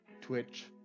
Twitch